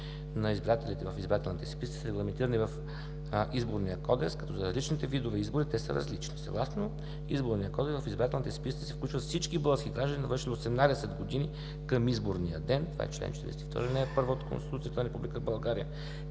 на избирателите в избирателните списъци са регламентирани в Изборния кодекс, като за различните видове избори те са различни. Съгласно Изборния кодекс, в избирателните списъци се включват всички български граждани, навършили 18 години към изборния ден. Това е чл. 42, ал. 1 от Конституцията на Република България,